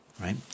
right